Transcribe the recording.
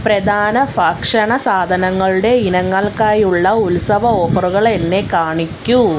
പ്രധാന ഭക്ഷണ സാധനങ്ങളുടെ ഇനങ്ങൾക്കായുള്ള ഉത്സവ ഓഫറുകൾ എന്നെ കാണിക്കൂ